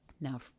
Now